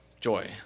joy